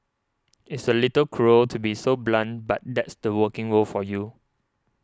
it's a little cruel to be so blunt but that's the working world for you